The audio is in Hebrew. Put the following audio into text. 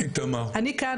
אני כאן,